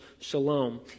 Shalom